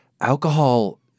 alcohol